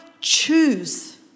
choose